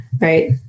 right